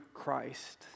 Christ